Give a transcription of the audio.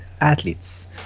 athletes